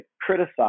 criticize